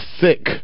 sick